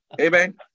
Amen